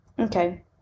Okay